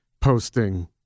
posting